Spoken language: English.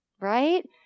right